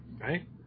Right